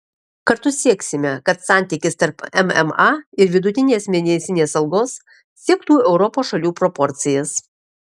kartu sieksime kad santykis tarp mma ir vidutinės mėnesinės algos siektų europos šalių proporcijas